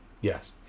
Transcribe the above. yes